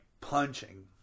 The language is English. punching